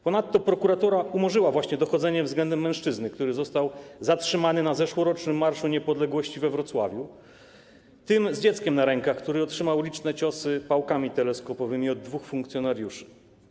Ponadto prokuratura umorzyła właśnie dochodzenie w sprawie mężczyzny, który został zatrzymany na zeszłorocznym Marszu Niepodległości we Wrocławiu, tego z dzieckiem na rękach, który otrzymał liczne ciosy pałkami teleskopowymi od dwóch funkcjonariuszy.